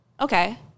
okay